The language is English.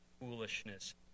foolishness